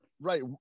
Right